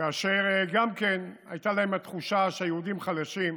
כאשר גם כן הייתה להם התחושה שהיהודים חלשים,